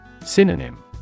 Synonym